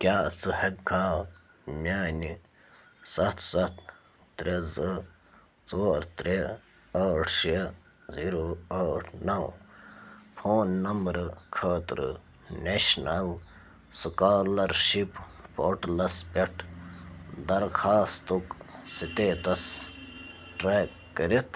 کیٛاہ ژٕ ہٮ۪ککھا میانہِ سَتھ سَتھ ترٛےٚ زٕ ژور ترٛےٚ ٲٹھ شےٚ زیٖرو ٲٹھ نَو فون نمبرٕ خٲطرٕ نیشنَل سُکالَرشِپ پورٹلَس پٮ۪ٹھ درخاستُک سِٹیٹَس ٹرٛیک کٔرِتھ